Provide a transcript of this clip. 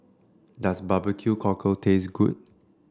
does barbeque cockle taste good